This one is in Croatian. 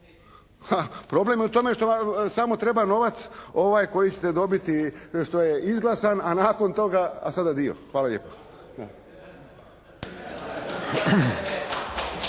Problem je u tome što samo treba novac koji ćete dobiti što je izglasan, a nakon toga, a sad adio. Hvala lijepo.